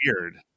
weird